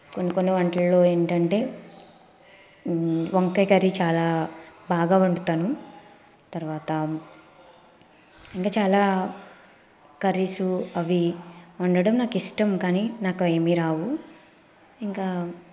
కొన్ని కొన్ని వంటల్లో ఏంటంటే వంకాయ కర్రీ చాలా బాగా వండుతాను తర్వాత ఇంకా చాలా కర్రీసు అవి వండడం నాకు ఇష్టం కానీ నాకు ఏమీ రావు ఇంకా